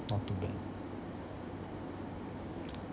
not too bad